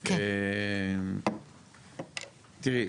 תראי,